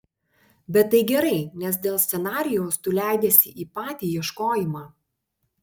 bet tai gerai nes dėl scenarijaus tu leidiesi į patį ieškojimą